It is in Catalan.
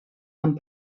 amb